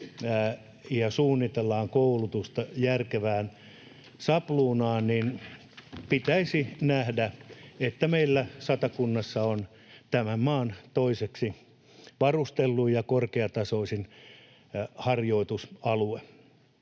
ja suunnitellaan koulutusta järkevään sapluunaan, niin pitäisi nähdä, että meillä Satakunnassa on tämän maan toiseksi varustelluin ja korkeatasoisin harjoitusalue.